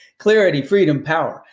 clarity, freedom, power.